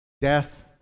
death